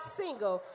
single